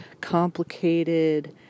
complicated